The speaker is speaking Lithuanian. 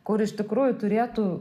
kur iš tikrųjų turėtų